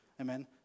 Amen